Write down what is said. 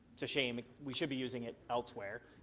it's a shame we should be using it elsewhere,